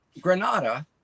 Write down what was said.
Granada